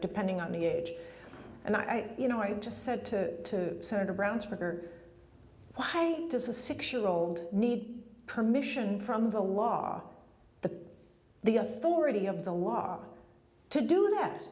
depending on the age and i you know i just said to senator brown sugar why does a six year old need permission from the law are the the authority of the law are to do that